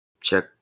check